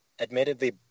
admittedly